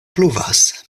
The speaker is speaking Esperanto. pluvas